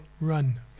run